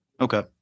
Okay